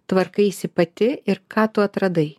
tvarkaisi pati ir ką tu atradai